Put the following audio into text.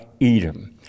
Edom